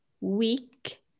week